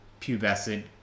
pubescent